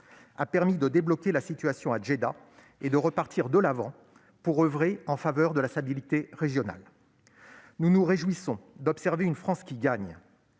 a permis de débloquer la situation à Djeddah et de repartir de l'avant pour oeuvrer en faveur de la stabilité régionale. Nous nous réjouissons d'observer une France qui gagne